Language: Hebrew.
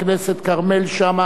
נמנעים.